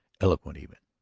eloquent even,